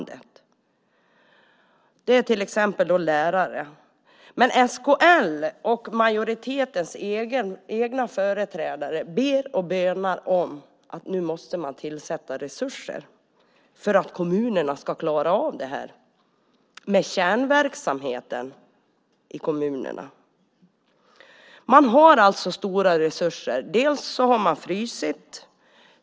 Det gäller till exempel lärare. SKL och majoritetens egna företrädare bönar och ber om att man ska tillföra resurser för att man ska klara av kärnverksamheten i kommunerna.